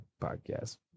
podcast